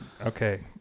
Okay